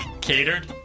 Catered